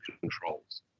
controls